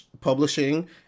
publishing